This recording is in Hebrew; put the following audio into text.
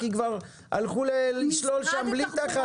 כי כבר הלכו לסלול שם בלי תחנה.